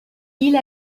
île